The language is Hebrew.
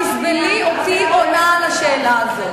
תסבלי אותי עונה על השאלה הזאת.